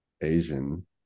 Asian